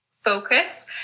focus